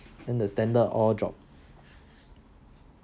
then the standard all drop